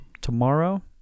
Tomorrow